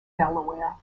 delaware